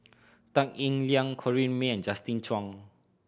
Tan Eng Liang Corrinne May and Justin Zhuang